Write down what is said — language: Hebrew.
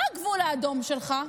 מה גבול האדום שלך?